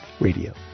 Radio